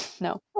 No